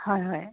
হয় হয়